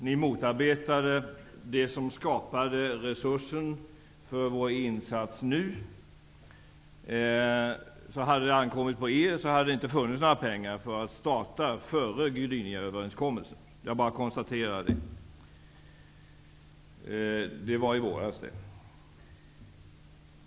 Ni motarbetade det som skapade resursen för vår insats nu. Hade det ankommit på er, skulle det alltså inte ha funnits några pengar för en start före Gdyniaöverenskommelsen i våras -- jag bara konstaterar det.